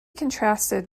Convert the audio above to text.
contrasted